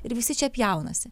ir visi čia pjaunasi